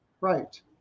Right